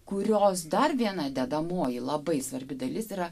kurios dar viena dedamoji labai svarbi dalis yra